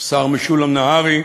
השר משולם נהרי,